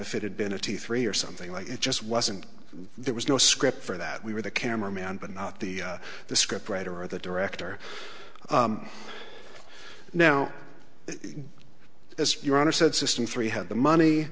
if it had been a t three or something like it just wasn't there was no script for that we were the camera man but not the the script writer or the director now as your honor said system three had the money